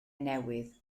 newydd